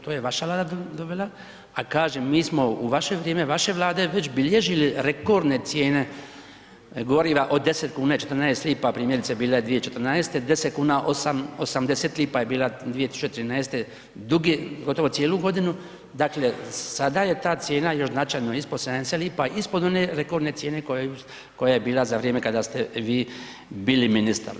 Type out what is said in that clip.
To je vaša Vlada dovela, a kažem, mi smo u vaše vrijeme, vaše Vlade već bilježili rekordne cijene goriva od 10 kn i 14 lipa, primjerice bila je 2014., 10 kn 80 lipa je je bila 2013. dugi, gotovo cijelu godinu, dakle, sada je ta cijena još značajno ispod 70 lipa, ispod one rekordne cijene koja je bila za vrijeme kada ste vi bili ministar.